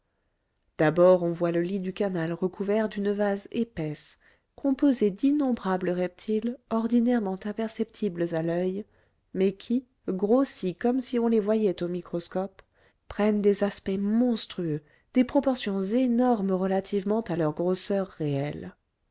d'abord on voit le lit du canal recouvert d'une vase épaisse composée d'innombrables reptiles ordinairement imperceptibles à l'oeil mais qui grossis comme si on les voyait au microscope prennent des aspects monstrueux des proportions énormes relativement à leur grosseur réelle